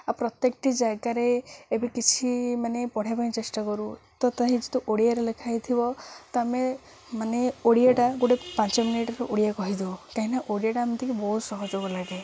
ଆଉ ପ୍ରତ୍ୟେକଟି ଜାଗାରେ ଏବେ କିଛି ମାନେ ପଢ଼ିବା ପାଇଁ ଚେଷ୍ଟା କରୁ ତ ତହିଁ ଯେତେ ଓଡ଼ିଆରେ ଲେଖା ହେଇଥିବ ତ ଆମେ ମାନେ ଓଡ଼ିଆଟା ଗୋଟେ ପାଞ୍ଚ ମିନିଟ ଓଡ଼ିଆ କହିଦଉ କାହିଁକିନା ଓଡ଼ିଆଟା ଏମତିକି ବହୁତ ସହଯୋଗ ଲାଗେ